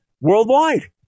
worldwide